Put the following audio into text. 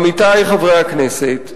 עמיתי חברי הכנסת,